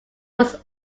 was